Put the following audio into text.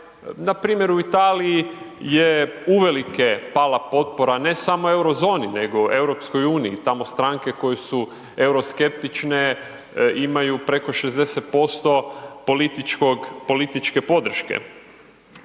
npr. u Italiji je uvelike pala potpora ne samo euro zoni nego EU i tamo stranke koje su euroskeptične imaju preko 60% političkog,